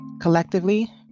Collectively